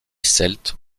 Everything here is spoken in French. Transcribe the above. celtes